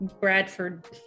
Bradford